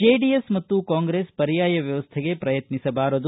JDS ಮತ್ತು ಕಾಂಗ್ರೆಸ್ ಪರ್ಯಾಯ ವ್ಯವಸ್ಥೆಗೆ ಪ್ರಯತ್ನಿಸಬಾರದು